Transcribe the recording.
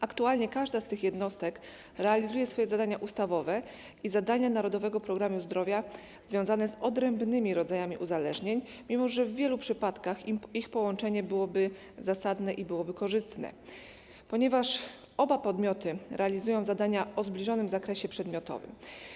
Aktualnie każda z tych jednostek realizuje swoje zadania ustawowe i zadania Narodowego Programu Zdrowia związane z odrębnymi rodzajami uzależnień, mimo że w wielu przypadkach ich połączenie byłoby zasadne i korzystne, ponieważ oba podmioty realizują zadania o zbliżonym zakresie przedmiotowym.